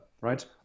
right